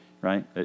right